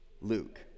Luke